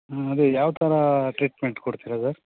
ಹಾಂ ಅದೆ ಯಾವ ಥರ ಟ್ರೀಟ್ಮೆಂಟ್ ಕೊಡ್ತೀರ ಸರ್